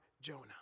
Jonah